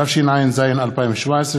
התשע"ז 2017,